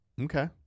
okay